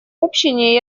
общине